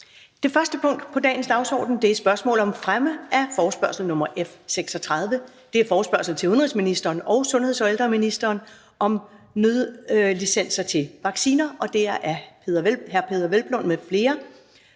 Det første punkt på dagsordenen er: 1) Spørgsmål om fremme af forespørgsel nr. F 36: Forespørgsel til udenrigsministeren og sundheds- og ældreministeren om nødlicenser til vacciner. (Hasteforespørgsel). Af Peder